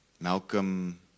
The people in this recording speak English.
Malcolm